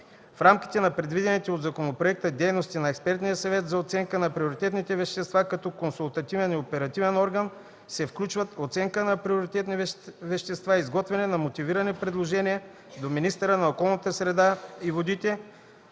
В рамките на предвидените от законопроекта дейности на Експертния съвет за оценка на приоритетни вещества, като консултативен и оперативен орган се включват оценка на приоритетни вещества и изготвяне на мотивирани предложения до министъра на околната среда и водите,